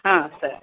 ఆ సరే